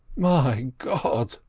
my god!